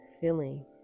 feeling